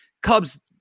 Cubs